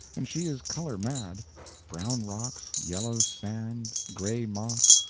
and she is color-mad brown rocks, yellow sand, gray moss,